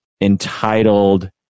entitled